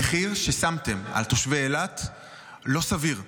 המחיר ששמתם על תושבי אילת לא סביר.